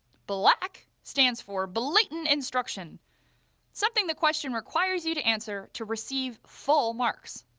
black stands for blatant instructions something the question requires you to answer to receive full marks.